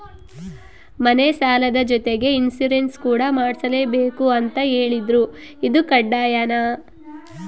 ಮನೆ ಸಾಲದ ಜೊತೆಗೆ ಇನ್ಸುರೆನ್ಸ್ ಕೂಡ ಮಾಡ್ಸಲೇಬೇಕು ಅಂತ ಹೇಳಿದ್ರು ಇದು ಕಡ್ಡಾಯನಾ?